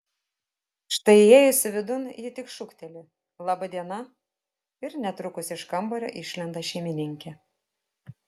štai įėjusi vidun ji tik šūkteli laba diena ir netrukus iš kambario išlenda šeimininkė